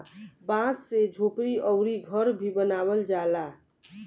बांस से झोपड़ी अउरी घर भी बनावल जाला